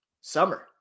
summer